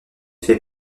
fait